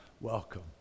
Welcome